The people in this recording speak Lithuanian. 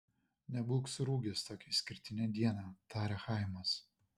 nebūk surūgęs tokią išskirtinę dieną tarė chaimas